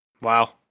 Wow